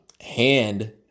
hand